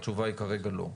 התשובה היא כרגע לא.